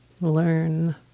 learn